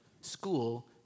School